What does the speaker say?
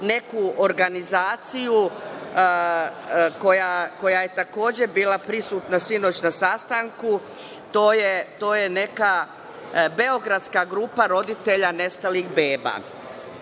neku organizaciju koja je takođe bila prisutna sinoć na sastanku. To je neka Beogradska grupa roditelja nestalih beba.